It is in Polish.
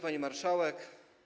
Pani Marszałek!